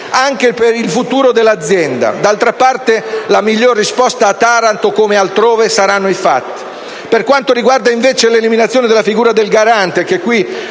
anche per il futuro dell'azienda. D'altra parte, la migliore risposta a Taranto, come altrove, saranno i fatti. Per quanto riguarda, invece, l'eliminazione della figura del Garante, che qui